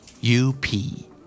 U-P